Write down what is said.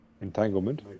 entanglement